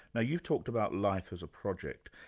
now you've talked about life as a project,